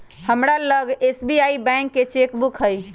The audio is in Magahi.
हमरा लग एस.बी.आई बैंक के चेक बुक हइ